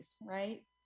right